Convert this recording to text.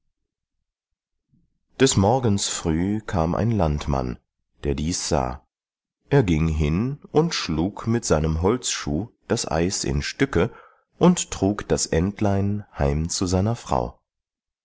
des morgens früh kam ein landmann der dies sah er ging hin und schlug mit seinem holzschuh das eis in stücke und trug das entlein heim zu seiner frau